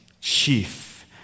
chief